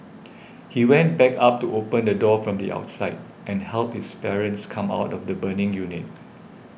he went back up to open the door from the outside and helped his parents come out of the burning unit